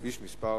כביש מס'